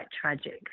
tragic